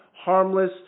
harmless